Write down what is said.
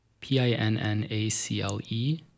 P-I-N-N-A-C-L-E